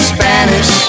Spanish